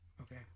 Okay